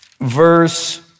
verse